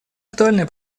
актуальной